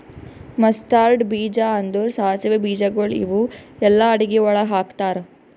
mustard ಬೀಜ ಅಂದುರ್ ಸಾಸಿವೆ ಬೀಜಗೊಳ್ ಇವು ಎಲ್ಲಾ ಅಡಗಿ ಒಳಗ್ ಹಾಕತಾರ್